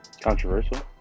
Controversial